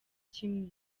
kimwe